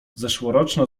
zeszłoroczna